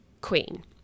queen